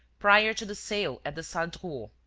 prior to the sale at the salle drouot.